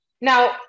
Now